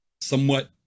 somewhat